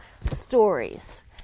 stories